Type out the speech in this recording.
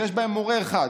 שיש בהם מורה אחד,